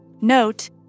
Note